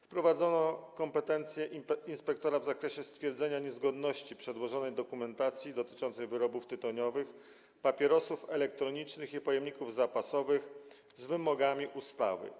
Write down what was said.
Wprowadzono kompetencje inspektora w zakresie stwierdzenia niezgodności przedłożonej dokumentacji dotyczącej wyrobów tytoniowych, papierosów elektronicznych i pojemników zapasowych z wymogami ustawy.